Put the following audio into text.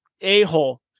a-hole